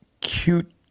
cute